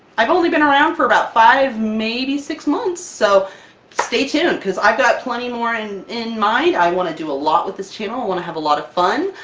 i've only been around for about five, maybe six months. so stay tuned because i've got plenty more in in mind! i want to do a lot with this channel! i want to have a lot of fun!